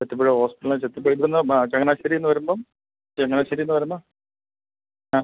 Chethipuzha hospital Chethipuzha ഇവിടുന്ന് ആ ചങ്ങനാശ്ശേരീന്ന് വരുമ്പം ചങ്ങനാശ്ശേരീന്ന് വരുമ്പോൾ ആ